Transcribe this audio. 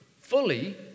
fully